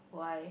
why